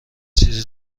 چیزی